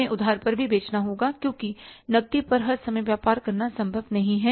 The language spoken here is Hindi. हमें उधार पर भी बेचना होगा क्योंकि नकदी पर हर समय व्यापार करना संभव नहीं है